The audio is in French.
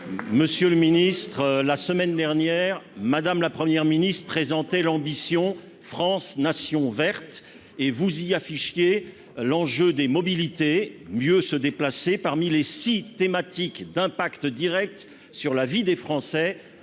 Monsieur le Ministre, la semaine dernière, madame la Première ministre présenter l'ambition France nation verte et vous y a fichier l'enjeu des mobilités, mieux se déplacer parmi les 6 thématiques d'impact Direct sur la vie des Français